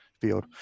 field